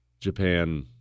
Japan